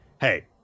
hey